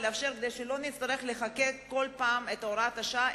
כדי שלא נצטרך לחוקק בכל פעם את הוראת השעה,